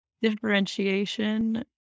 differentiation